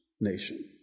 nation